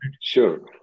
Sure